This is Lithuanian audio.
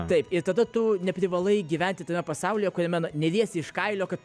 taip ir tada tu neprivalai gyventi tame pasaulyje kuriame neriesi iš kailio kad